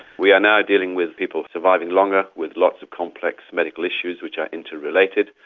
we are now dealing with people surviving longer with lots of complex medical issues, which are interrelated.